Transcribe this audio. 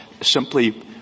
simply